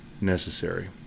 necessary